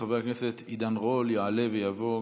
חבר הכנסת עידן רול, יעלה ויבוא.